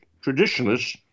traditionalists